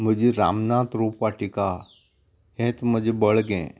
म्हजी रामनात रूप वाटीका हेच म्हजें बळगें